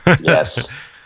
Yes